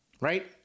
right